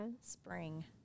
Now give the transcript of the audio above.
Spring